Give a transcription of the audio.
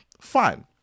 Fine